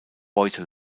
beute